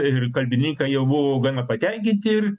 ir kalbininkai jau buvo gana patenkinti ir